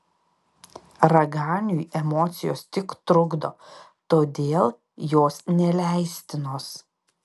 raganiui emocijos tik trukdo todėl jos neleistinos